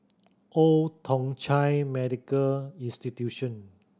Old Thong Chai Medical Institution